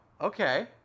okay